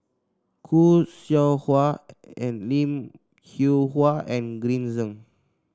Khoo Seow Hwa Lim Hwee Hua and Green Zeng